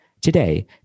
Today